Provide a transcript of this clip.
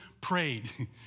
prayed